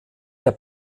der